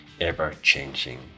ever-changing